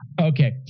Okay